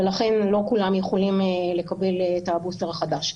ולכן לא כולם יכולים לקבל את הבוסטר החדש.